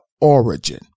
origin